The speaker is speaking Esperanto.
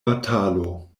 batalo